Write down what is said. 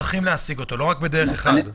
להשיג אותו, לא רק בדרך אחת.